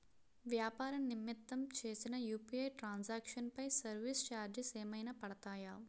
వ్యాపార నిమిత్తం చేసిన యు.పి.ఐ ట్రాన్ సాంక్షన్ పై సర్వీస్ చార్జెస్ ఏమైనా పడతాయా?